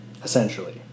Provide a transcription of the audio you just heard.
Essentially